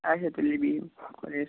اچھا تُلِو بیٚہو خۄدایَس